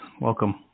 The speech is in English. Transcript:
welcome